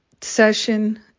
session